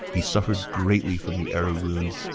he suffered greatly from the arrow wound,